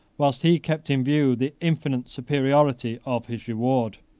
whilst he kept in view the infinite superiority of his reward.